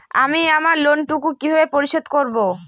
আমি আমার লোন টুকু কিভাবে পরিশোধ করব?